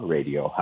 Radio